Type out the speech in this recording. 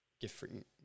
different